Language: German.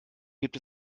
gibt